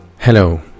Hello